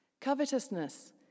Covetousness